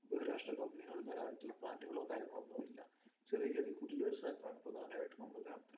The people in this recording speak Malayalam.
ബഹുരാഷ്ട്ര കമ്പനികളുടേതായിട്ടുള്ള പ്ലാന്റുകളോ കാര്യങ്ങളോ ഒന്നും ഇല്ല ചെറിയ ചെറിയ കുടിൽ വ്യവസായങ്ങൾ ആണ് പ്രധാനമായിട്ടും നമ്മുടെ ഗ്രാമത്തിൽ